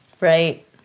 Right